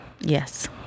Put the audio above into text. Yes